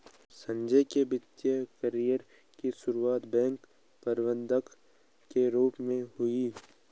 संजय के वित्तिय कैरियर की सुरुआत बैंक प्रबंधक के रूप में हुई